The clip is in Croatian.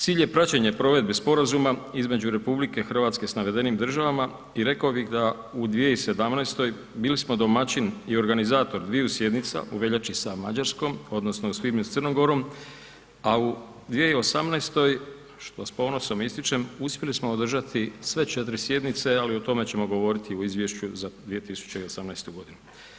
Cilj je praćenje provedbe sporazuma između RH s navedenim državama i rekao bih da u 2017. bili smo domaćin i organizator dviju sjednica u veljači sa Mađarskom odnosno u svibnju sa Crnom Gorom a u 2018. što s ponosom ističem, uspjeli smo održati sve 4 sjednice ali o tome ćemo govoriti u izvješću za 2018. godinu.